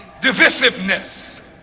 divisiveness